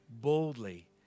boldly